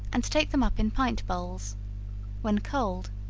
and take them up in pint bowls when cold,